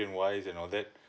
wise and all that